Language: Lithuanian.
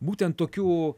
būtent tokių